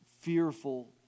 fearful